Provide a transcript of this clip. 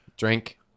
Drink